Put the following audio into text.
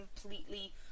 completely